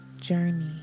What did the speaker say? journey